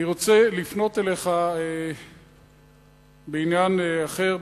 אני רוצה לפנות אליך בעניין אחר,